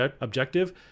objective